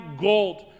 gold